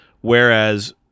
Whereas